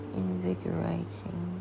invigorating